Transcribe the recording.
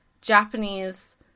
Japanese